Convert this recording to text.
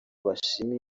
bashima